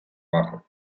abajo